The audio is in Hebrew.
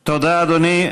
תודה, אדוני.